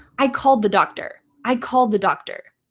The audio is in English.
i called the doctor. i called the doctor.